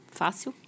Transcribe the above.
fácil